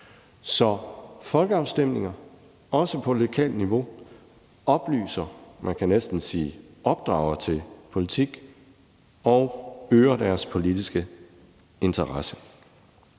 Så folkeafstemninger, også på lokalt niveau, oplyser, man kan næsten sige opdrager til politik og øger den politiske interesse.